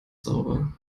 sauber